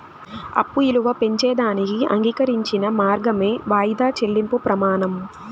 అప్పు ఇలువ పెంచేదానికి అంగీకరించిన మార్గమే వాయిదా చెల్లింపు ప్రమానం